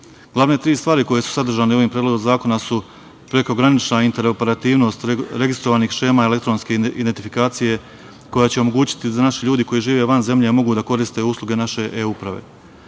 tri stvari koje su sadržane u ovim predlozima zakona su prekogranična interoperativnost registrovanih šema elektronske identifikacije koja će omogućiti da naši ljudi koji žive van zemlje mogu da koriste usluge naše e-uprave. Druga